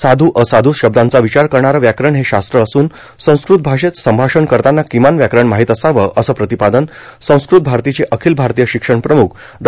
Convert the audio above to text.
साधू असाधू शब्दांचा विचार करणारं व्याकरण हे शास्त्र असून संस्कृत भाषेत संभाषणं करताना किमान व्याकरण माहित असावं असं प्रतिपादन संस्कृत भारतीचे अखिल भारतीय शिक्षण प्रमुख डॉ